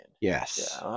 yes